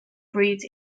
breeds